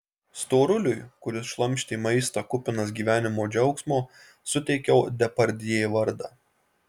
storuliui kuris šlamštė maistą kupinas gyvenimo džiaugsmo suteikiau depardjė vardą